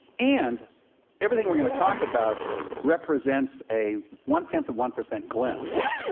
and everything we're going to talk about represents a one tenth of one percent glimpse,